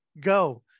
go